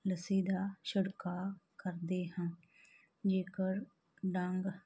ਲੱਸੀ ਦਾ ਛਿੜਕਾਅ ਕਰਦੇ ਹਾਂ ਜੇਕਰ ਡੰਗ